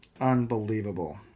Unbelievable